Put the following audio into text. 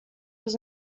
was